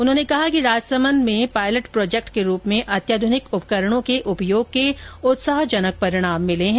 उन्होंने कहा कि राजसमन्द में पायलेट प्रोजेक्ट के रुप में अत्याध्रनिक उपकरणों के उपयोग के उत्साहजनक परिणाम मिले हैं